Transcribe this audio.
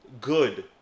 good